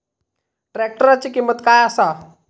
ट्रॅक्टराची किंमत काय आसा?